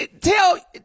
tell